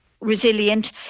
resilient